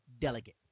delegate